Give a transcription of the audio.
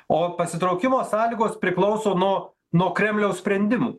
o pasitraukimo sąlygos priklauso nuo nuo kremliaus sprendimų